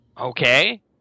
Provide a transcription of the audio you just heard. Okay